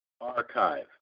archive